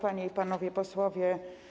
Panie i Panowie Posłowie!